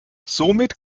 somit